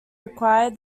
require